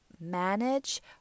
manage